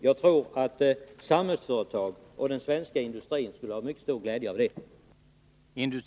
Jag tror att Samhällsföretag och den svenska industrin skulle ha glädje av det.